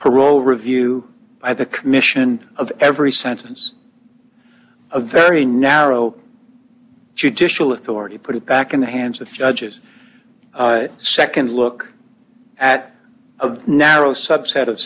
parole review by the commission of every sentence a very narrow judicial authority put it back in the hands of judges second look at of narrow subset of